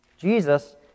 Jesus